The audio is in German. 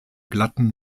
glatten